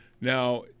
Now